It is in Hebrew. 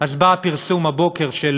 אז בא הפרסום הבוקר של